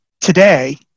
Today